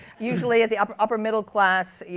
usually the upper upper middle class, yeah